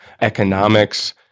economics